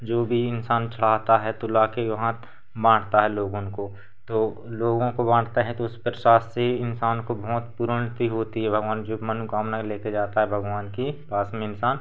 जो भी इंसान चढ़ाता है तो लाकर वहाँ बाँटता है लोगों को तो लोगों को बाँटते हैं तो उस प्रसाद से इंसान को बहुत होती है भगवान जो मनोकामनाएं लेकर जाता है भगवान की पास में इंसान